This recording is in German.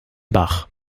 bach